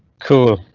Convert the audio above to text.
cool,